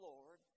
Lord